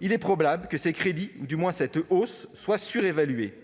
il est probable que les crédits ou du moins leur hausse soient surévalués.